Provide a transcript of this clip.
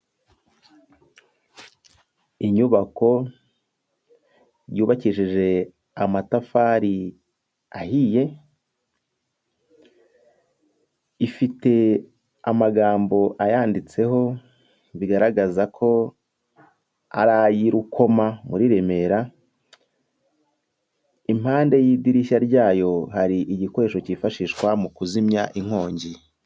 Inyubako yubakishije amatafari ahiye, ifite amagambo ayanditseho bigaragaza ko ari ay'i Rukoma muri Remera, impande y'idirishya ryayo hari igikoresho cyifashishwa mu kuzimya inkongi.